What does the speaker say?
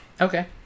okay